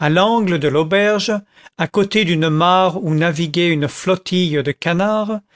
à l'angle de l'auberge à côté d'une mare où naviguait une flottille de canards